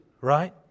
right